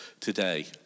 today